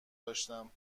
داشتم